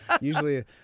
usually